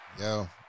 Yo